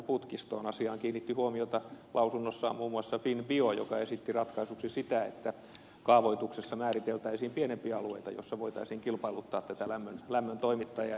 asiaan kiinnitti huomiota lausunnossaan muun muassa finbio joka esitti ratkaisuksi sitä että kaavoituksessa määriteltäisiin pienempiä alueita joilla voitaisiin kilpailuttaa tätä lämmön toimittajaa